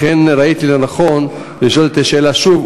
לכן ראיתי לנכון לשאול את השאלה שוב,